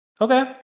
Okay